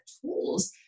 tools